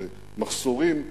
במחסורים,